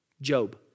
Job